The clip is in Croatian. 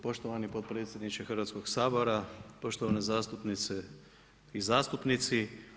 Poštovani podpredsjedniče Hrvatskog sabora, poštovane zastupnice i zastupnici.